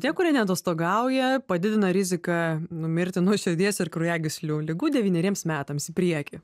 tie kurie neatostogauja padidina riziką numirti nuo širdies ir kraujagyslių ligų devyneriems metams į priekį